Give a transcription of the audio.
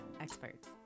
experts